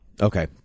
Okay